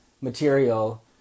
material